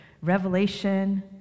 Revelation